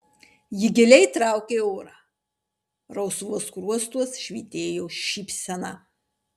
ji giliai traukė orą rausvuos skruostuos švytėjo šypsena